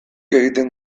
egiten